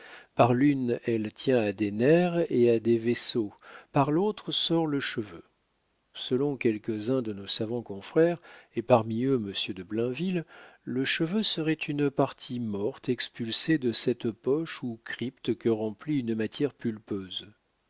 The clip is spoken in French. par l'une elle tient à des nerfs et à des vaisseaux par l'autre sort le cheveu selon quelques-uns de nos savants confrères et parmi eux monsieur de blainville le cheveu serait une partie morte expulsée de cette poche ou crypte que remplit une matière pulpeuse